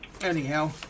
anyhow